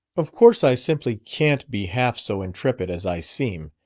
of course i simply can't be half so intrepid as i seem!